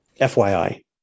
FYI